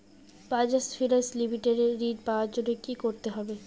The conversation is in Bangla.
বাজাজ ফিনান্স লিমিটেড এ ঋন পাওয়ার জন্য কি করতে হবে?